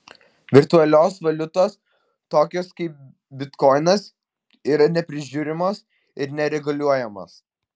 virtualios valiutos tokios kaip bitkoinas yra neprižiūrimos ir nereguliuojamos